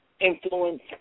Influence